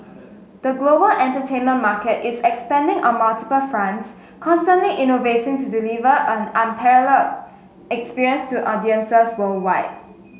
the global entertainment market is expanding on multiple fronts constantly innovating to deliver an experience to audiences worldwide